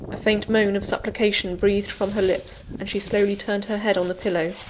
a faint moan of supplication breathed from her lips and she slowly turned her head on the pillow,